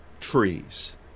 trees